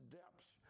depths